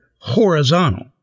horizontal